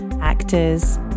actors